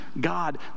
God